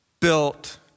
built